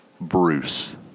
Bruce